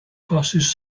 passes